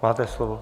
Máte slovo.